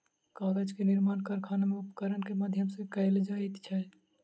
कागज के निर्माण कारखाना में उपकरण के माध्यम सॅ कयल जाइत अछि